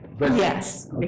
Yes